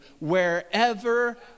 wherever